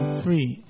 three